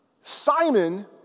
Simon